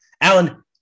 Alan